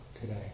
today